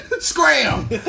Scram